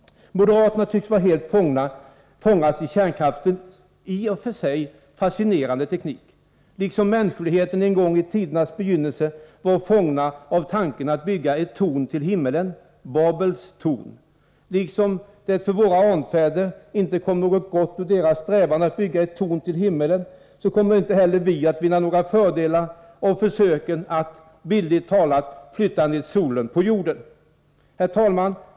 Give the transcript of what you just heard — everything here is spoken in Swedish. Moderaterna tycks helt ha fångats av kärnkraftens i och för sig fascinerande teknik, liksom människor en gång i tidernas begynnelse var fångna av tanken att bygga ett torn till himmelen — Babels torn. Liksom det för våra anfäder inte kom något gott ur deras strävan att bygga ett torn till himmelen, kommer inte heller vi att ha några fördelar av försöken med att — bildligt talat —- flytta ned solen på jorden. Herr talman!